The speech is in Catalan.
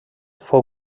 fou